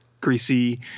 greasy